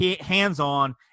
hands-on